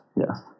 Yes